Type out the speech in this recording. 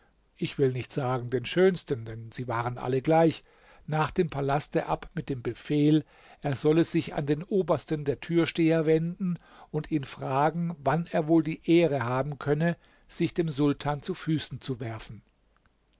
ich will nicht sagen den schönsten denn sie waren alle gleich nach dem palaste ab mit dem befehl er solle sich an den obersten der türsteher wenden und ihn fragen wann er wohl die ehre haben könne sich dem sultan zu füßen zu werfen